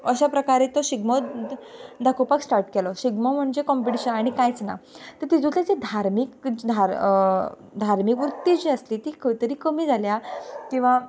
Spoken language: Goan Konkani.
अशा प्रकारे तो शिगमो दाखोवपाक स्टार्ट केलो शिगमो म्हणजे कंम्पिटीशन आनी कांयच ना तितूंतल्यान धार्मीक धार्मीक वृत्ती जी आसली ती खंयतरी कमी जाल्या किंवां